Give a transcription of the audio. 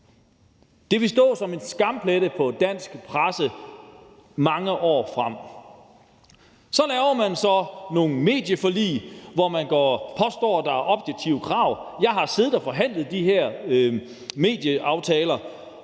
Det vil stå som en skamplet på dansk presse mange år frem. Så laver man så nogle medieforlig, hvor man påstår, at der er objektive krav. Jeg har siddet og forhandlet de her medieaftaler,